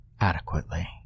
adequately